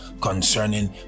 concerning